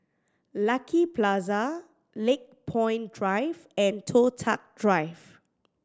Lucky Plaza Lakepoint Drive and Toh Tuck Drive